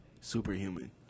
superhuman